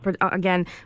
again